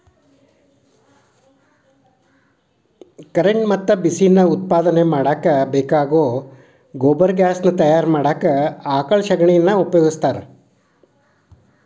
current ಮತ್ತ ಬಿಸಿ ನಾ ಉತ್ಪಾದನೆ ಮಾಡಾಕ ಬೇಕಾಗೋ ಗೊಬರ್ಗ್ಯಾಸ್ ನಾ ತಯಾರ ಮಾಡಾಕ ಆಕಳ ಶಗಣಿನಾ ಉಪಯೋಗಸ್ತಾರ